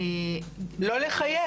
והיום כשמשלמים להן 20 אלף שקל מה זה, לא סחר?